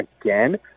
again